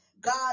God